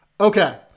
Okay